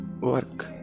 work